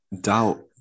doubt